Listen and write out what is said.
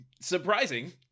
Surprising